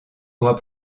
droit